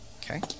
Okay